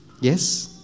Yes